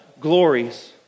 glories